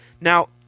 Now –